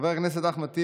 חבר הכנסת אחמד טיבי,